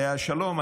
עליה השלום,